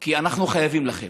כי אנחנו חייבים לכם.